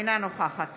אינה נוכחת